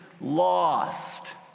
lost